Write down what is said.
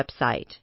website